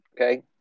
okay